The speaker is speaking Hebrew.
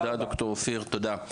תודה ד"ר אופיר תודה רבה.